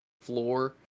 floor